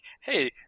hey